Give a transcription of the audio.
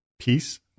Peace